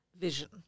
vision